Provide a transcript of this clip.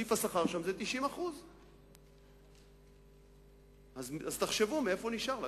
סעיף השכר שם, זה 90%. אז תחשבו מאיפה נשאר לקחת.